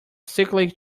sickly